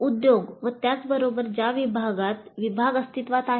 उद्योग व त्याचबरोबर ज्या विभागात विभाग अस्तित्त्वात आहेत